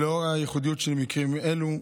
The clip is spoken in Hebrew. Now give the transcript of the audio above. לנוכח הייחודיות של מקרים אלו,